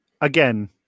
again